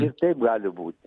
ir taip gali būti